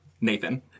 Nathan